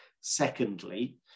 Secondly